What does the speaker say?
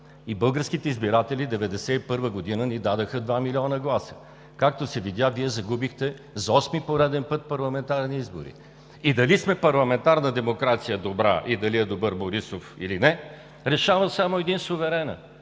и българските избиратели през 1991 г. ни дадоха два милиона гласа. Както се видя, Вие загубихте за осми пореден път парламентарни избори. Дали сме добра парламентарна демокрация и дали е добър Борисов, или не решава само един – суверенът,